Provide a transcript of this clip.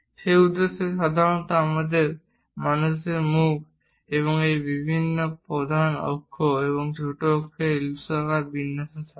সেই উদ্দেশ্যে সাধারণত আমাদের মানুষের মুখ এটি বিভিন্ন প্রধান অক্ষ ছোট অক্ষের ইলিপ্সাকার বিন্যাসে থাকে